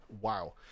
Wow